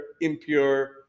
impure